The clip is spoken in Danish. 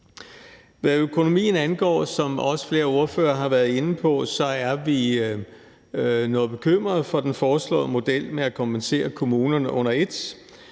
Hvad økonomien angår, som også flere ordførere har været inde på, er vi noget bekymrede for den foreslåede model med at kompensere kommunerne under et.